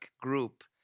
group